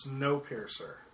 Snowpiercer